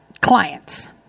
clients